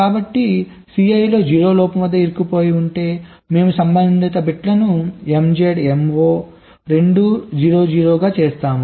కాబట్టి Cl లో 0 లోపం వద్ద ఇరుక్కుపోయి ఉంటే మేము సంబంధిత బిట్లను MZ MO రెండూ 0 0 గా చేస్తాము